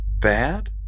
bad